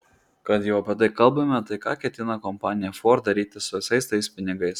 kad jau apie tai kalbame tai ką ketina kompanija ford daryti su visais tais pinigais